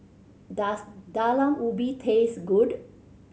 does Talam Ubi taste good